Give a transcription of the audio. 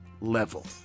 level